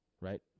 right